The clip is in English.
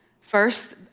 First